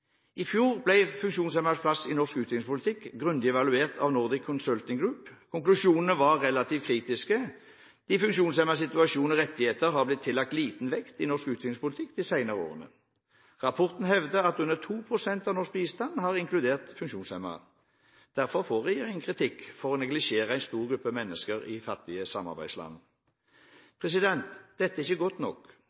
I fjor ble funksjonshemmedes plass i norsk utviklingspolitikk grundig evaluert av Nordic Consulting Group. Konklusjonen var relativt kritisk. De funksjonshemmedes situasjon og rettigheter har blitt tillagt liten vekt i norsk utviklingspolitikk de senere årene. Rapporten hevder at under 2 pst. av norsk bistand har inkludert funksjonshemmede. Derfor får regjeringen kritikk for å neglisjere en stor gruppe mennesker i fattige samarbeidsland. Dette er ikke godt nok.